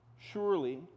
Surely